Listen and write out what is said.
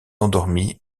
endormi